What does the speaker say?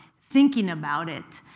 thinking about it.